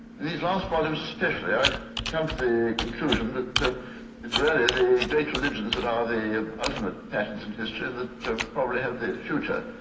these last volumes especially, i've come to the conclusion that it's really the great religions that are the ultimate patterns in history, and that probably held the future.